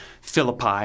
Philippi